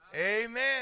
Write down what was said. Amen